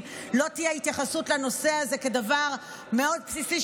לא תהיה התייחסות לנושא הזה כדבר מאוד בסיסי,